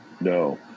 no